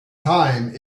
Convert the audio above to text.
time